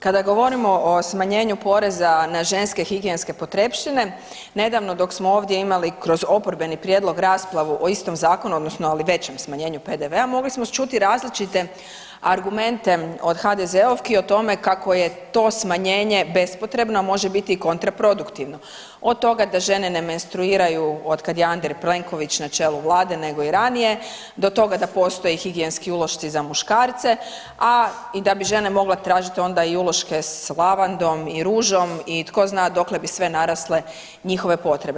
Kada govorimo o smanjenju porezna na ženske higijenske potrepštine nedavno dok smo ovdje imali kroz oporbeni prijedlog raspravu o istom zakonu odnosno ali većem smanjenju PDV-a mogli smo čuti različite argumente od HDZ-ovki o tome kako je to smanjenje bespotrebno, a može biti i kontraproduktivno od toga da žene ne menstruiraju od kada je Andrej Plenković na čelu vlade nego i ranije do toga da postoje higijenski ulošci za muškarce, a i da bi žene mogle tražiti onda i uloške s lavandom i ružom i tko zna dokle bi sve narasle njihove potrebe.